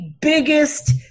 biggest